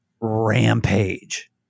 rampage